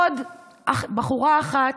עוד בחורה אחת,